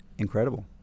Incredible